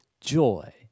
joy